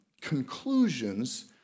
conclusions